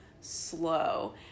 slow